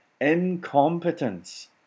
incompetence